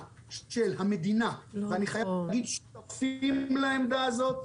של המדינה ואני חייב להגיד --- לעמדה הזאת,